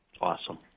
Awesome